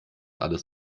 alles